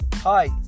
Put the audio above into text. Hi